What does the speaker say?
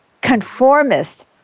conformist